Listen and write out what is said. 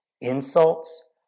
insults